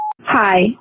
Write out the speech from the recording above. Hi